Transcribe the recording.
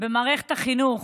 במערכת החינוך,